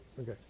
Okay